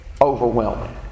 overwhelming